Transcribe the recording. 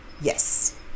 Yes